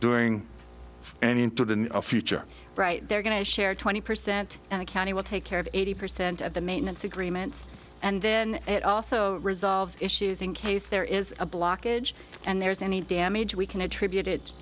during any into the future right they're going to share twenty percent of the county will take care of eighty percent of the maintenance agreements and then it also resolves issues in case there is a blockage and there's any damage we can attribute